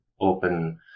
open